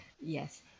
Yes